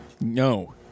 No